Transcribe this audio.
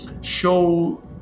Show